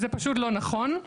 זה פשוט לא נכון,